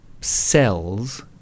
cells